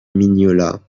mignola